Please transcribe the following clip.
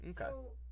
Okay